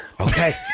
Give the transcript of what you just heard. Okay